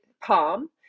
palm